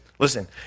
Listen